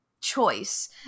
choice